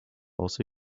also